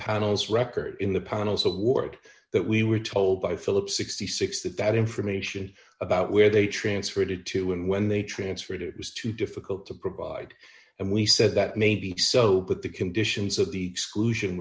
panel's record in the panel's award that we were told by philip sixty six that that information about where they transferred it to and when they transferred it was too difficult to provide and we said that maybe so but the conditions of the